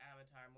Avatar